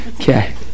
Okay